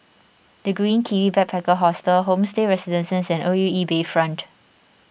the Green Kiwi Backpacker Hostel Homestay Residences and O U E Bayfront